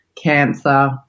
cancer